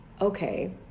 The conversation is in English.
okay